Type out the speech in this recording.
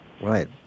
Right